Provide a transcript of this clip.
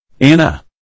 Anna